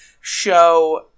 show